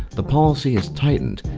the policy has tightened,